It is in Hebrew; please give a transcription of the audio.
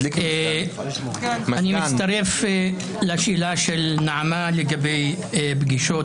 אני מצטרף לשאלה של נעמה לגבי פגישות,